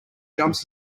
jumps